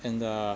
and uh